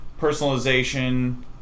personalization